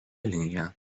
linija